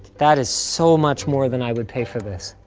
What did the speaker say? that is so much more than i would pay for this.